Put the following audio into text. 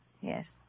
Yes